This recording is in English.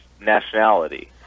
nationality